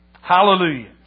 Hallelujah